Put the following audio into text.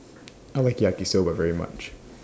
I like Yaki Soba very much